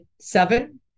seven